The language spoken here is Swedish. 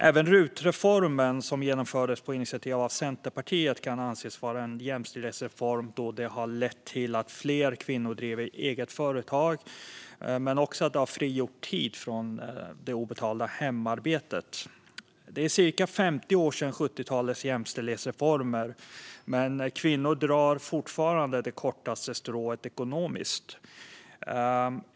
Även rutreformen, som genomfördes på initiativ av Centerpartiet, kan anses vara en jämställdhetsreform då den har lett till att fler kvinnor driver eget företag. Men den har också frigjort tid från det obetalda hemarbetet. Det är cirka 50 år sedan 70-talets jämställdhetsreformer, men kvinnor drar fortfarande det kortaste strået ekonomiskt.